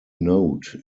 note